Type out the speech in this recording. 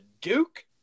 Duke